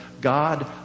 God